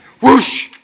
Whoosh